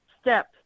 step